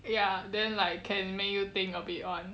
ya then like can make you think a bit [one]